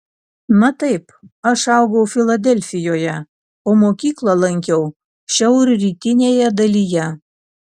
na taip aš augau filadelfijoje o mokyklą lankiau šiaurrytinėje dalyje